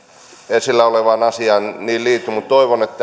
esillä olevaan asiaan liity mutta toivon että